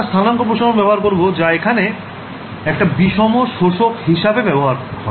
আমরা স্থানাঙ্ক প্রসারণ ব্যবহার করবো যা এখানে একটা বিসম শোষক হিসেবে ব্যবহার হবে